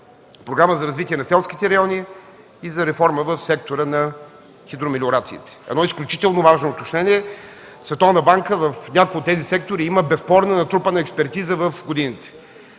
Програма за развитие на селските райони и за реформа в сектора на хидромелиорациите. Изключително важно уточнение: Световна банка в някои от тези сектори има безспорно натрупана експертиза в годините.